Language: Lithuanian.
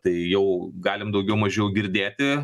tai jau galim daugiau mažiau girdėti